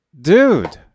Dude